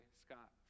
scott